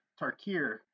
Tarkir